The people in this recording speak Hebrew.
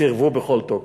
סירבו בכל תוקף.